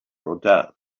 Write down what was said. rodin